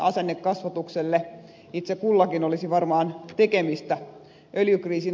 asennekasvatuksella itse kullekin olisi varmaan tehtävää